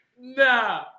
Nah